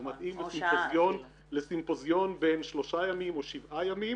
זה מתאים לסימפוזיון בן שלושה ימים או שבעה ימים.